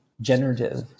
generative